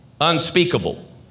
Unspeakable